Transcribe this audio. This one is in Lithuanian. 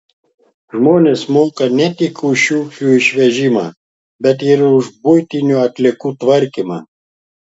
žmonės moka ne tik už šiukšlių išvežimą bet ir už buitinių atliekų tvarkymą